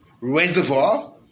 reservoir